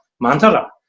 Mantra